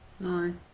No